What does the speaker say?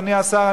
אדוני השר,